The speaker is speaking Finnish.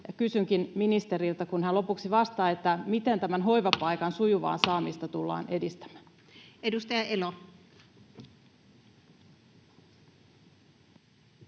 Kysynkin ministeriltä, kun hän lopuksi vastaa: miten tämän hoivapaikan sujuvaa saamista tullaan edistämään? Edustaja Elo.